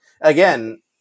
again